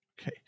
Okay